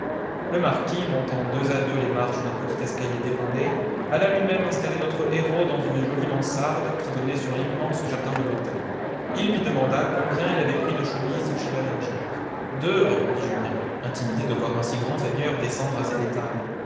le marquis montant deux à deux les marches d'un petit escalier dérobé alla lui-même installer notre héros dans une jolie mansarde qui donnait sur l'immense jardin de l'hôtel il lui demanda combien il avait pris de chemises chez la lingère deux répondit julien intimidé de voir un si grand seigneur descendre à ces détails